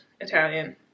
Italian